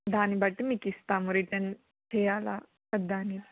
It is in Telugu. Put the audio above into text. దాన్ని బట్టి మీకుస్తాము రిటర్న్ చేయాలా వద్దా